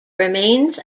remains